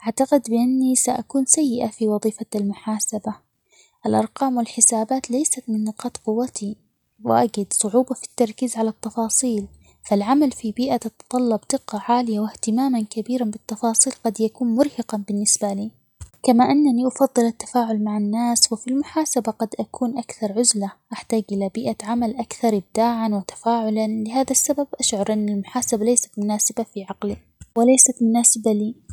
أعتقد بأني سأكون سيئة في وظيفة المحاسبة ،الأرقام والحسابات ليست من نقاط قوتي، وأجد صعوبة في التركيز على التفاصيل ،فالعمل في بيئة تتطلب دقة عالية وإهتمامًا كبيرًا بالتفاصيل ،قد يكون مرهقًا بالنسبة لي كما أنني أفضل التفاعل مع الناس ،وفي المحاسبة قد أكون أكثر عزلة وأحتاج إلى بيئة عمل أكثر إبداعًا وتفاعلًا ؛لهذا السبب أشعر أن المحاسبة ليست مناسبة في عقلي وليست مناسبة لي.